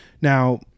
now